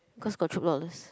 cause got Chope dollars